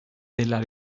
della